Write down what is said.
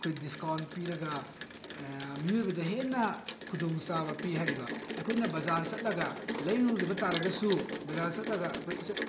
ꯑꯩꯈꯣꯏ ꯗꯤꯁꯀꯥꯎꯟ ꯄꯤꯔꯒ ꯃꯤꯑꯣꯏꯕꯗ ꯍꯦꯟꯅ ꯈꯨꯗꯣꯡ ꯆꯥꯕ ꯄꯤ ꯍꯥꯏꯔꯤꯕ ꯑꯩꯈꯣꯏꯅ ꯕꯖꯥꯔ ꯆꯠꯂꯒ ꯂꯩꯔꯨꯔꯕ ꯇꯥꯔꯒꯁꯨ ꯕꯖꯥꯔ ꯆꯠꯂꯒ